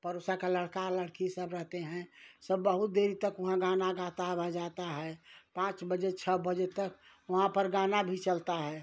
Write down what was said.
पड़ोस का लड़का लड़की सब रहते हैं सब बहुत देरी तक वहाँ गाना गाता है बजाता है पाँच बजे छः बजे तक वहाँ पर गाना भी चलता है